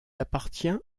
appartient